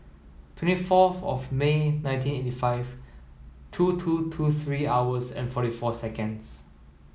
twenty fourth of May nineteen eighty five two two two three hours and forty four seconds